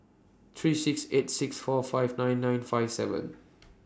three six eight six four five nine nine five seven